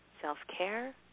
self-care